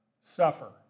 Suffer